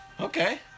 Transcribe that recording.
okay